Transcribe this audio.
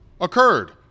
occurred